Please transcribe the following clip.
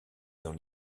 dans